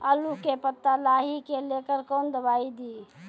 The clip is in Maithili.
आलू के पत्ता लाही के लेकर कौन दवाई दी?